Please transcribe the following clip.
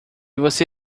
você